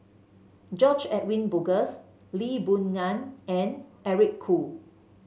George Edwin Bogaars Lee Boon Ngan and Eric Khoo